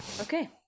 Okay